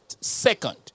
second